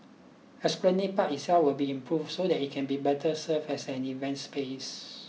Esplanade Park itself will be improved so that it can better serve as an event space